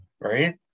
right